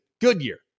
Goodyear